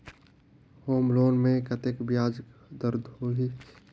Home loan मे कतेक ब्याज दर होही?